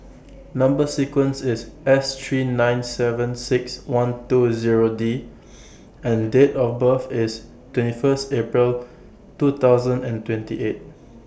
Number sequence IS S three nine seven six one two Zero D and Date of birth IS twenty First April two thousand and twenty eight